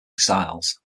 styles